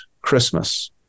Christmas